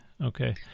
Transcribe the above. okay